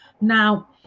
Now